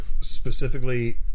specifically